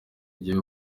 igiye